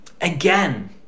Again